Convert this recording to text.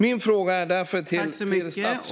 Min fråga till statsrådet är därför .